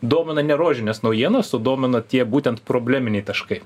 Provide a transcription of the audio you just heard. domina ne rožinės naujienos o domina tie būtent probleminiai taškai